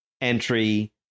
entry